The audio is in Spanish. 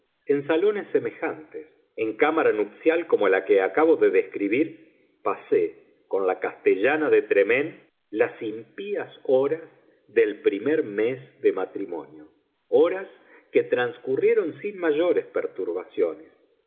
en salones semejantes en cámara nupcial como la que acabo de describir pasé con la castellana de tremaine las impías horas del primer mes de matrimonio horas que transcurrieron sin mayores perturbaciones